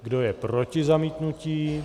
Kdo je proti zamítnutí?